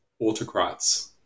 autocrats